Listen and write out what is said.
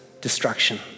destruction